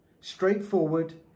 straightforward